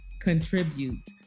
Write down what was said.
contributes